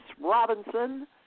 Robinson